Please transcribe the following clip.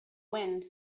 wind